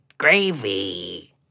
Gravy